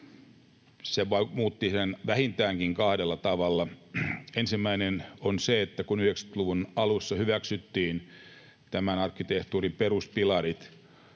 Se muutti ne vähintäänkin kahdella tavalla: Ensimmäinen on se, että 90-luvun alussa hyväksyttiin tämän arkkitehtuurin peruspilarit,